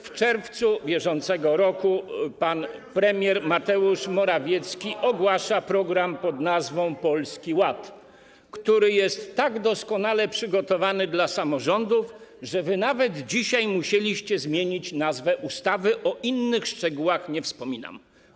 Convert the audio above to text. W czerwcu br. pan premier Mateusz Morawiecki ogłasza program pn. Polski Ład, który jest tak doskonale przygotowany, jeśli chodzi o samorządy, że nawet dzisiaj musieliście zmienić nazwę ustawy, o innych szczegółach nie wspominam.